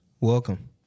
Welcome